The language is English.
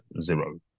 zero